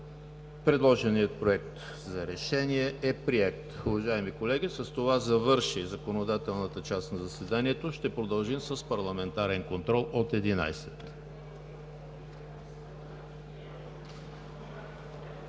Предложеният Проект за решение е приет. Уважаеми колеги, с това завърши законодателната част на заседанието. Ще продължим с парламентарен контрол от 11,00